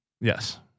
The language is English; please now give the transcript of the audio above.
Yes